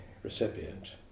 recipient